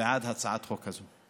בעד הצעת חוק זו.